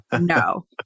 No